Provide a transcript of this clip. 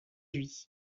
lui